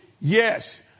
Yes